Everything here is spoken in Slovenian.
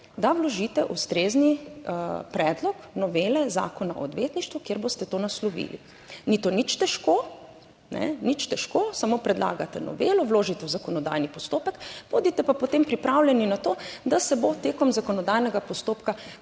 da vložite ustrezni predlog novele Zakona o odvetništvu, kjer boste to naslovili. Ni to nič težko, nič težko, samo predlagate novelo, vložite v zakonodajni postopek. Bodite pa potem pripravljeni na to, da se bo tekom zakonodajnega postopka